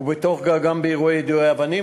ובתוך כך גם אירועי יידויי אבנים.